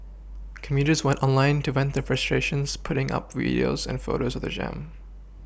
commuters went online to vent their frustrations putting up videos and photos of the jam